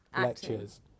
lectures